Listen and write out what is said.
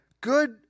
good